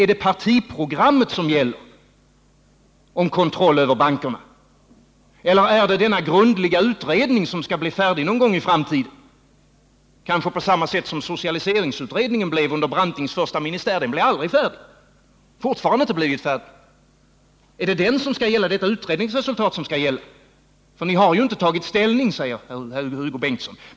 Är det partiprogrammet som gäller i fråga om kontroll över bankerna eller är det denna grundliga utredning som skall bli färdig någon gång i framtiden — kanske på samma sätt som socialiseringsutgedningen under Brantings första ministär? Den utredningen blev aldrig färdig. Den har ännu inte blivit färdig. Är det detta utredningsresultat som skall gälla? Vi har ju inte tagit ställning, säger Hugo Bengtsson.